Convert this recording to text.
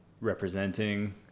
representing